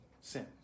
sin